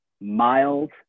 Miles